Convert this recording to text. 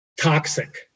toxic